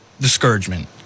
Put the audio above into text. discouragement